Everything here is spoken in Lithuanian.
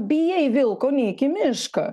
bijai vilko neik į mišką